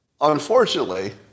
unfortunately